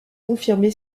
confirmé